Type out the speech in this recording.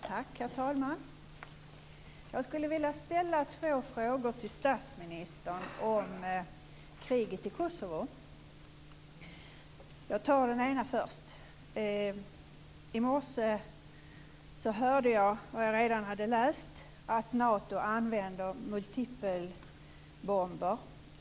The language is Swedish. Herr talman! Jag skulle vilja ställa två frågor till statsministern om kriget i Kosovo. Det här är den ena. I morse hörde jag vad jag redan hade läst, nämligen att Nato använder multipelbomber.